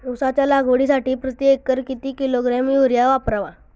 उसाच्या लागवडीसाठी प्रति एकर किती किलोग्रॅम युरिया वापरावा?